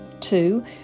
Two